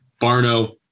Barno